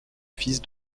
fils